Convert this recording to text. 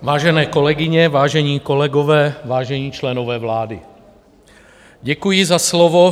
Vážené kolegyně, vážení kolegové, vážení členové vlády, děkuji za slovo.